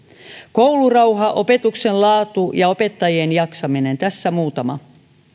koulurauha opetuksen laatu ja opettajien jaksaminen tässä muutama